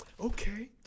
okay